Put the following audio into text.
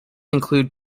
include